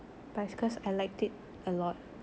but it's cause I liked it a lot